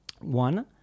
One